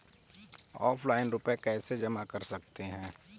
Offline रुपये कैसे जमा कर सकते हैं?